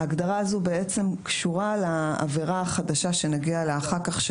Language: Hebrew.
ההגדרה הזו בעצם קשורה לעבירה החדשה שנגיע אליה אחר כך,